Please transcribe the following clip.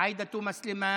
עאידה תומא סלימאן,